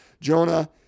Jonah